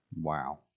Wow